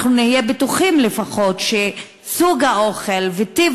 נהיה בטוחים לפחות שסוג האוכל וטיב